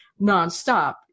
nonstop